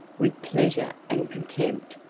with pleasure and contempt,